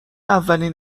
اولین